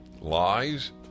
Lies